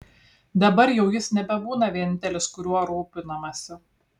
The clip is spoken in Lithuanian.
dabar jau jis nebebūna vienintelis kuriuo rūpinamasi